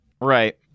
Right